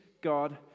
God